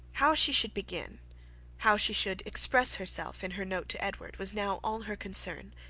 how she should begin how she should express herself in her note to edward, was now all her concern.